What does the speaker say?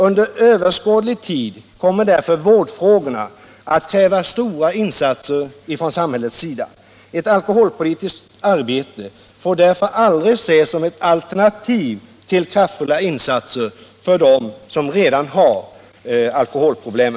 Under överskådlig tid kommer därför vårdfrågorna att kräva stora insatser från samhällets sida. Ett alkoholpolitiskt arbete får därför aldrig ses som ett alternativ till kraftfulla insatser för dem som redan har alkoholproblem.